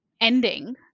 ending